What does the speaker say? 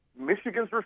Michigan's